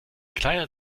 kleiner